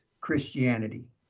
Christianity